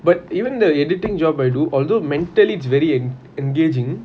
but even the editing job I do although mentally it's very en~ engaging